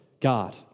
God